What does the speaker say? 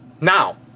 Now